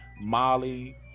Molly